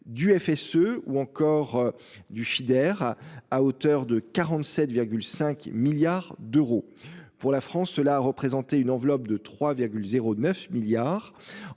du FSE ou encore du Feader, à hauteur de 47,5 milliards d'euros pour la France, cela a représenté une enveloppe de 3,09 milliards.